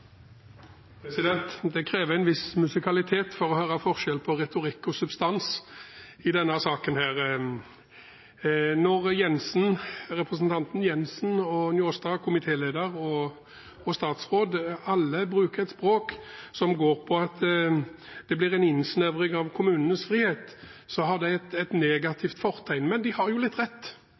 talerstolen. Det krever en viss musikalitet for å høre forskjell på retorikk og substans i denne saken. Når representanten Jenssen, komitéleder Njåstad og statsråden, alle, bruker et språk som går på at det blir en innsnevring av kommunenes frihet, har det et negativt fortegn. Men de har jo litt rett: